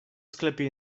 sklepie